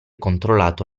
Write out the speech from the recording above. controllato